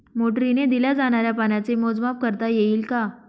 मोटरीने दिल्या जाणाऱ्या पाण्याचे मोजमाप करता येईल का?